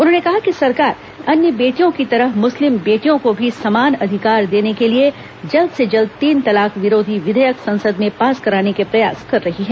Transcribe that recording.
उन्होंने कहा कि सरकार अन्य बेटियों की तरह मुस्लिम बेटियों को भी समान अधिकार देने के लिए जल्द से जल्द तीन तलाक विरोधी विधेयक संसद में पास कराने के प्रयास कर रही है